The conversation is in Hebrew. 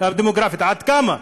עד כמה?